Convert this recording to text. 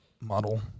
model